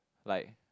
like